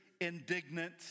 indignant